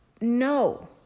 No